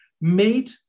made